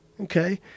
Okay